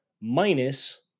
minus